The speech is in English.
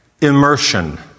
Immersion